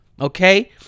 okay